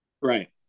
Right